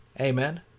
Amen